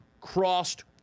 crossed